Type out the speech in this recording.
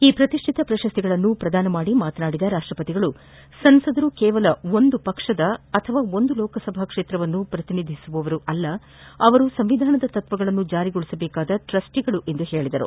ಈ ಪ್ರತಿಷ್ಠಿತ ಪ್ರಶಸ್ತಿಗಳನ್ನು ಪ್ರದಾನ ಮಾಡಿ ಮಾತನಾಡಿದ ರಾಷ್ಟಪತಿ ರಾಮನಾಥ್ ಕೋವಿಂದ್ ಸಂಸದರು ಕೇವಲ ಒಂದು ಪಕ್ಷದ ಅಥವಾ ಒಂದು ಲೋಕಸಭಾ ಕ್ಷೇತ್ರವನ್ನು ಪ್ರತಿನಿಧಿಸುವವರಲ್ಲ ಅವರು ಸಂವಿಧಾನದ ತತ್ವಗಳನ್ನು ಜಾರಿಗೊಳಿಸಬೇಕಾದ ಟ್ರಸ್ವಿಗಳು ಎಂದರು